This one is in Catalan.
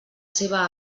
seva